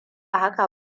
haka